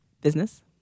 business